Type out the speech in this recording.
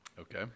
Okay